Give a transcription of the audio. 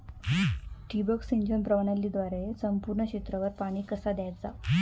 ठिबक सिंचन प्रणालीद्वारे संपूर्ण क्षेत्रावर पाणी कसा दयाचा?